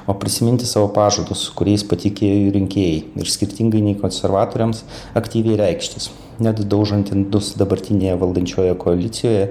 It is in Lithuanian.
o prisiminti savo pažadus kuriais patikėjo rinkėjai ir skirtingai nei konservatoriams aktyviai reikštis net daužant indus dabartinėje valdančioje koalicijoje